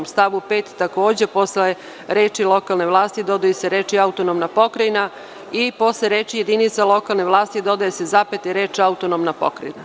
U stavu 5. posle reči: „lokalne vlasti“, dodaju se reči: „autonomna pokrajina“ i posle reči: „jedinice lokalne vlasti“, dodaje se zapeta i reči: „autonomna pokrajina“